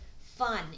fun